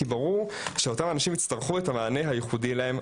כי ברור שאותם אנשים יצטרכו את המענה הייחודי להם.